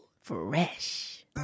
Fresh